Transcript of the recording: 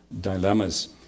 dilemmas